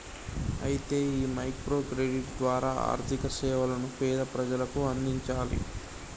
అయితే ఈ micro credit ద్వారా ఆర్థిక సేవలను పేద ప్రజలకు అందించాలి